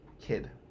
kid